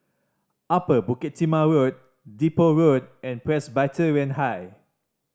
Upper Bukit Timah Road Depot Road and Presbyterian High